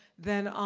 then,